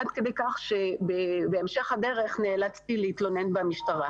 עד כדי כך שבהמשך הדרך נאלצתי להתלונן במשטרה.